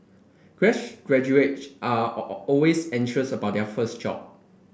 fresh graduates are always anxious about their first job